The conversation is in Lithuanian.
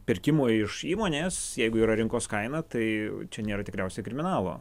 pirkimo iš įmonės jeigu yra rinkos kaina tai čia nėra tikriausiai kriminalo